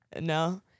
No